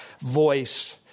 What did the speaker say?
voice